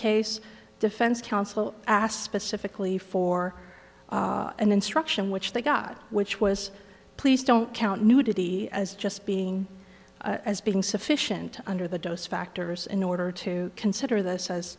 case defense counsel asked specifically for an instruction which they got which was please don't count nudity as just being as being sufficient under the dos factors in order to consider this as